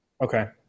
Okay